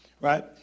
right